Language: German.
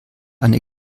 eine